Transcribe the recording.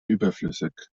überflüssig